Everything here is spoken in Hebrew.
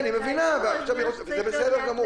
כן, היא מבינה וזה בסדר גמור.